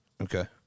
Okay